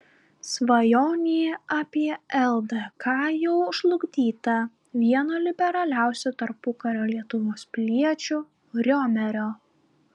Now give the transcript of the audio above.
svajonė apie ldk jau žlugdyta vieno liberaliausių tarpukario lietuvos piliečių riomerio